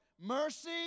mercy